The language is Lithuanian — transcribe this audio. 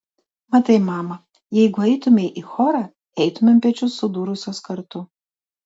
matai mama jeigu eitumei į chorą eitumėm pečius sudūrusios kartu